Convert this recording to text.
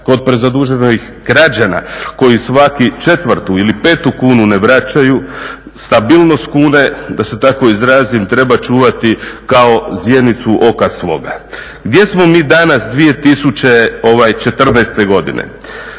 kod prezaduženih građana koji svaku četvrtu ili petu kunu ne vraćaju stabilnost kune da se tako izrazim treba čuvati kao zjenicu oka svoga. Gdje smo mi danas 2014. godine?